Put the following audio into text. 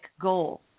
goal